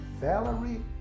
Valerie